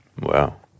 Wow